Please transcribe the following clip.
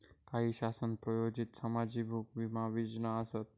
काही शासन प्रायोजित समाजाभिमुख विमा योजना आसत